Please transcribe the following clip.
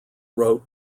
wrote